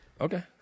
Okay